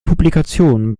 publikationen